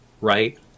right